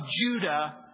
Judah